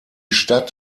stadt